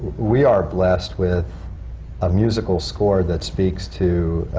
we are blessed with a musical score that speaks to